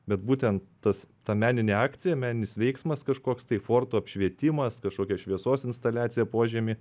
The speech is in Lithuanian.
bet būtent tas ta meninė akcija meninis veiksmas kažkoks tai forto apšvietimas kažkokia šviesos instaliacija požemį